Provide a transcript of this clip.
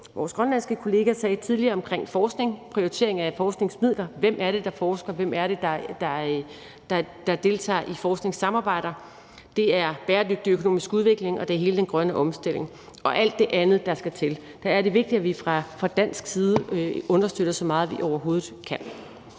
vores grønlandske kollega sagde tidligere omkring forskning og prioritering af forskningsmidler – hvem det er, der forsker, og hvem det er, der deltager i forskningssamarbejder – er bæredygtig økonomisk udvikling og hele den grønne omstilling og alt det andet, der skal til. Der er det vigtigt, at vi fra dansk side understøtter så meget, vi overhovedet kan.